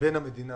בין המדינה